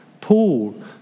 Paul